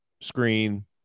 screen